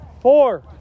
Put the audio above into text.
Four